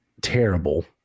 terrible